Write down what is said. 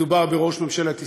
מדובר בראש ממשלת ישראל,